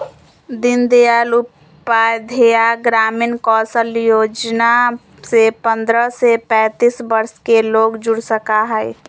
दीन दयाल उपाध्याय ग्रामीण कौशल योजना से पंद्रह से पैतींस वर्ष के लोग जुड़ सका हई